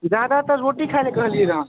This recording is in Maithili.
ज्यादातर रोटी खै ला कहलियै रह